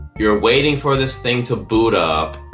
you're waiting for this thing to boot up,